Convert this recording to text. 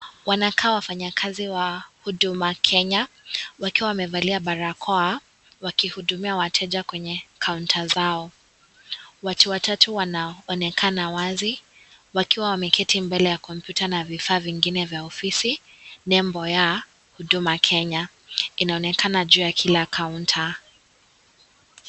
Wanakaa wafanyakazi wa Huduma Kenya wakiwa wamevalia barakoa, wakihudumia wateja kwenye kaunta zao, watu watatu wanaonekana wazi wakiwa wameketi mbele ya kompyuta na vifaa vingine vya ofisi, nembo ya Huduma Kenya inaonekana juu ya kila kaunta.